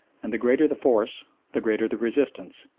and the greater the force the greater the resistance.